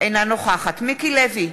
אינה נוכחת מיקי לוי,